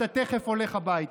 אתה תכף הולך הביתה.